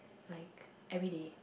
like everyday